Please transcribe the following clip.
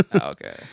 Okay